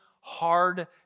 hard